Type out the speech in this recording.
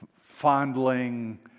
fondling